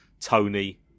Tony